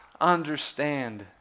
understand